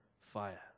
fire